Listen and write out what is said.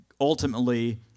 Ultimately